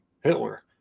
Hitler